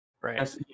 Right